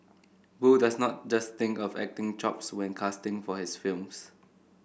boo does not just think of acting chops when casting for his films